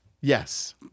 Yes